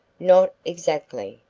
not exactly.